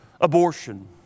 abortion